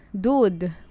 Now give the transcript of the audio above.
dude